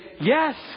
yes